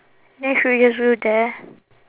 then should we just do there